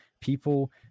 people